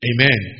Amen